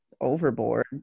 overboard